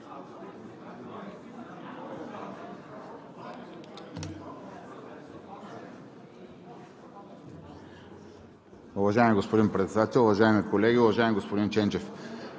Уважаеми господин Председател, уважаеми колеги, уважаеми господин Главен